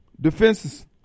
defenses